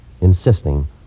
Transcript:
insisting